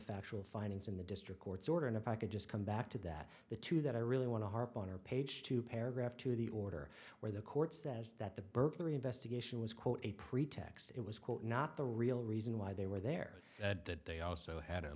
factual findings in the district court's order and if i could just come back to that the two that i really want to harp on are page two paragraph two the order where the court says that the burglary investigation was quote a pretext it was quote not the real reason why they were there that they also had a